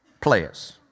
players